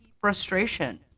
frustration